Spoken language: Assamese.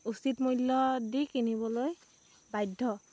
উচিত মূল্য দি কিনিবলৈ বাধ্য